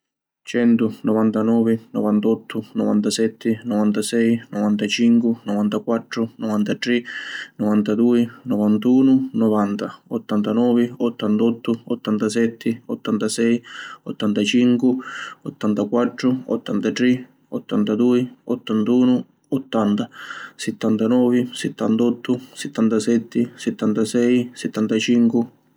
Centu, Novantanovi, Novantottu, Novantasetti, Novantasei, Novantacincu, Novantaquattru, Novantatri, Novantadui, Novantunu, Novanta, Ottantanovi, Ottantottu, Ottantasetti, Ottantasei, Ottantacincu, Ottantaquattru, Ottantatri, Ottantadui, Ottantunu, Ottanta, Sittantanovi, Sittantottu, Sittantasetti, Sittantasei, Sittantacincu…